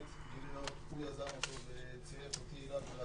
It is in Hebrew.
שהוא יזם אותו וצירף אותי אליו.